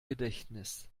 gedächtnis